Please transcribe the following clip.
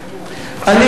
המרפסת.